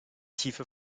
tiefe